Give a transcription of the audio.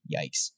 yikes